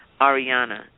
Ariana